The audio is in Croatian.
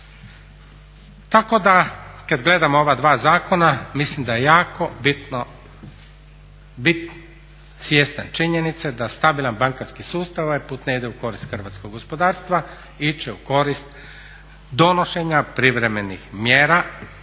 Tako da kad gledamo ova dva zakona mislim da je jako bitno bit svjestan činjenice da stabilan bankarski sustav ovaj put ne ide u korist hrvatskog gospodarstva, ići će u korist donošenja privremenih mjera